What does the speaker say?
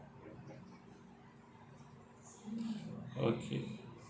okay